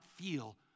feel